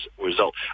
result